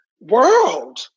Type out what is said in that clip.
world